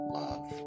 love